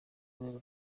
rwego